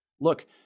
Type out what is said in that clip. Look